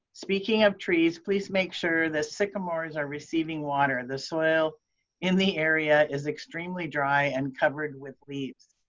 speaking of trees, please make sure the sycamores are receiving water. and the soil in the area is extremely dry and covered with leaves.